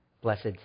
blessed